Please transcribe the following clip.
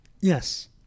Yes